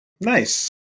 Nice